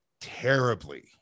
terribly